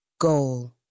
Goal